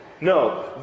No